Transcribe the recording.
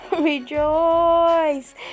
rejoice